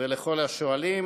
ולכל השואלים.